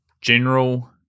general